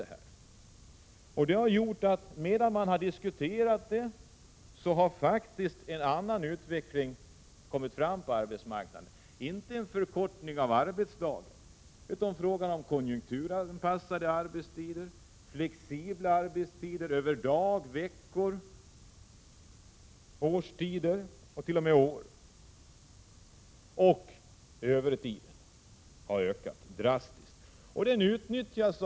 Utvecklingen på arbetsmarknaden har gått åt ett annat håll, från en förkortning av arbetsdagen till konjunkturanpassade arbetstider, flexibla arbetstider över dagar, veckor, årstider och t.o.m. år samt drastiskt ökad övertid.